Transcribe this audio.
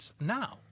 now